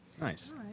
nice